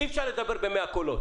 אי אפשר לדבר במאה קולות,